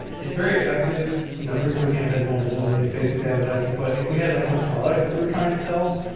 it's very effective. you know freecodecamp has never done any facebook advertising, but if we had like some product that we're trying to sell,